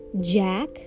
Jack